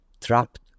trapped